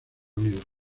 unidos